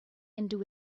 into